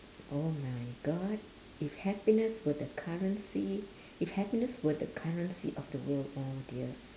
oh my god if happiness were the currency if happiness were the currency of the world oh dear